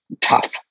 tough